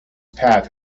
path